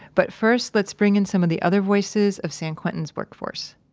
but first, let's bring in some of the other voices of san quentin's workforce